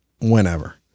whenever